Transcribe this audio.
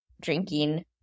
drinking